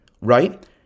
right